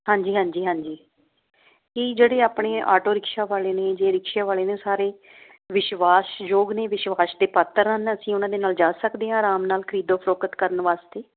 ਹਾਂਜੀ ਹਾਂਜੀ ਹਾਂਜੀ ਕੀ ਜਿਹੜੇ ਆਪਣੇ ਇਹ ਆਟੋ ਰਿਕਸ਼ਾ ਵਾਲੇ ਨੇ ਜੇ ਰਿਕਸ਼ਾ ਵਾਲੇ ਨੇ ਸਾਰੇ ਵਿਸ਼ਵਾਸਯੋਗ ਨੇ ਵਿਸ਼ਵਾਸ ਦੇ ਪਾਤਰ ਹਨ ਅਸੀਂ ਉਹਨਾਂ ਦੇ ਨਾਲ ਜਾ ਸਕਦੇ ਹਾਂ ਆਰਾਮ ਨਾਲ ਖਰੀਦੋ ਫਰੋਖਤ ਕਰਨ ਵਾਸਤੇ